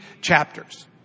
chapters